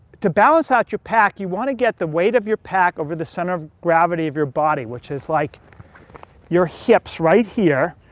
to balance out your pack, you want to get the weight of your pack over the center of gravity of your body, which is like your hips right here.